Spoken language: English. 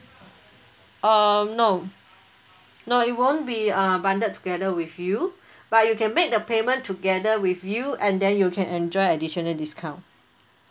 um no no it won't be err bundled together with you but you can make the payment together with you and then you can enjoy additional discount